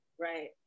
Right